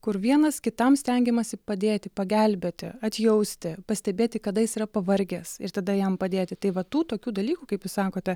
kur vienas kitam stengiamasi padėti pagelbėti atjausti pastebėti kada jis yra pavargęs ir tada jam padėti tai va tų tokių dalykų kaip jūs sakote